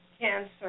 cancer